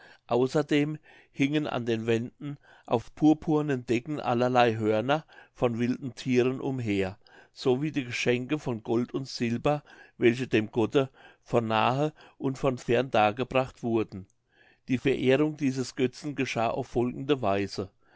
außerdem hingen an den wänden auf purpurnen decken allerlei hörner von wilden thieren umher so wie die geschenke von gold und silber welche dem gotte von nahe und von fern dargebracht wurden die verehrung dieses götzen geschah auf folgende weise